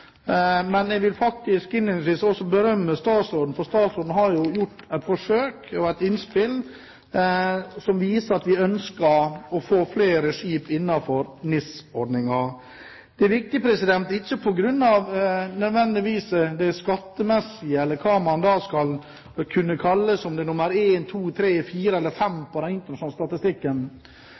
Men jeg vil faktisk innledningsvis også berømme statsråden, for statsråden har jo gjort et forsøk, og kommet med et innspill, som viser at man ønsker å få flere skip innenfor NIS-ordningen. Det er viktig, ikke nødvendigvis på grunn av det skattemessige eller for å være nr. 1, 2, 3, 4 eller 5 på den internasjonale statistikken,